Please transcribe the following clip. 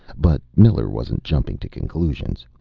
but miller wasn't jumping to conclusions.